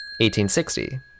1860